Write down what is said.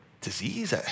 disease